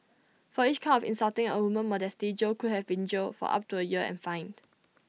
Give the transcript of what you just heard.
for each count of insulting A woman's modesty Jo could have been jailed for up to A year and fined